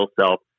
Self